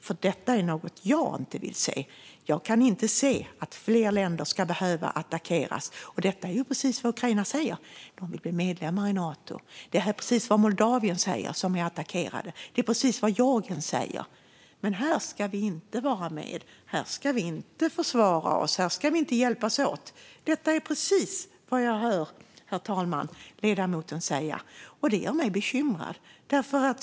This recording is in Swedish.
Det är nämligen något jag inte vill se. Jag vill inte se att fler länder ska behöva attackeras. Detta är också precis vad Ukraina säger, alltså att man vill bli medlem i Nato. Det är precis vad Moldavien, som är attackerat, säger. Det är precis vad Georgien säger. Men här i Sverige ska vi inte vara med. Här ska vi inte försvara oss. Här ska vi inte hjälpas åt. Det är vad jag hör ledamoten säga, herr talman, och det gör mig bekymrad.